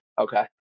Okay